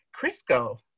Crisco